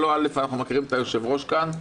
אנחנו מכירים את היושב-ראש כאן,